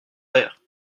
vers